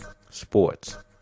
Sports